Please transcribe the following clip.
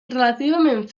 relativament